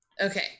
Okay